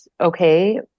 Okay